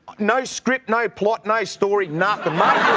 no script, no plot. no story not the money